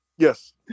Yes